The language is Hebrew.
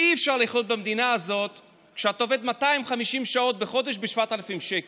אי-אפשר לחיות במדינה הזאת כשאתה עובד 250 שעות בחודש עבור 7,000 שקלים.